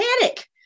panic